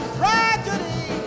tragedy